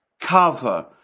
cover